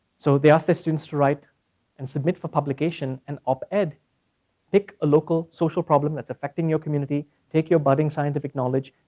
so they asked their students to write and submit for publication an op-ed. pick a local social problem that's affecting your community. take your budding scientific knowledge.